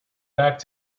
back